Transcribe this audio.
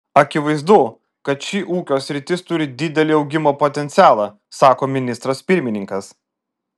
akivaizdu kad ši ūkio sritis turi didelį augimo potencialą sako ministras pirmininkas